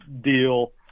deal